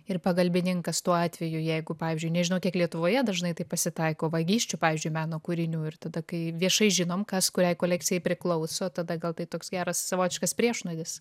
ir pagalbininkas tuo atveju jeigu pavyzdžiui nežinau kiek lietuvoje dažnai taip pasitaiko vagysčių pavyzdžiui meno kūrinių ir tada kai viešai žinom kas kuriai kolekcijai priklauso tada gal tai toks geras savotiškas priešnuodis